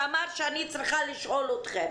שאמר שאני צריכה לשאול אתכם.